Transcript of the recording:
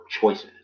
choices